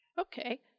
Okay